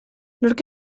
nork